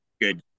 good